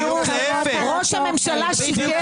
ראש הממשלה שיקר?